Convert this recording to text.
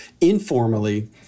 informally